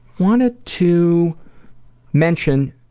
wanted to mention,